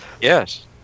Yes